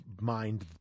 mind